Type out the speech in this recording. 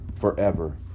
forever